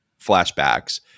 flashbacks